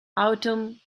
autumn